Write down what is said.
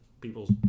people